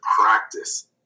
practice